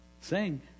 Sing